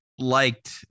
Liked